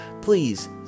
please